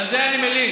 על זה אני מלין.